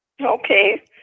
Okay